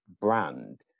brand